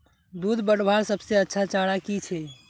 दूध बढ़वार सबसे अच्छा चारा की छे?